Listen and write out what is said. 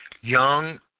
Young